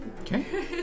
Okay